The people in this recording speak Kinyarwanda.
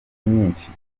nyinshi